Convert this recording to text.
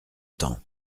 temps